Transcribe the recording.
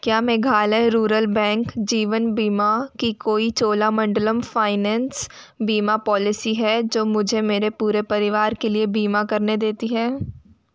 क्या Meghalaya rural bank जीवन बीमा की कोई चोलामंडलम फाइनेंस बीमा पॉलिसी है जो मुझे मेरे पूरे परिवार के लिए बीमा करने देती है